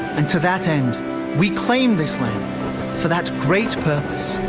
and to that end we claim this land for that great purpose.